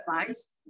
advice